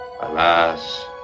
Alas